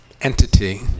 entity